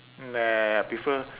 meh I prefer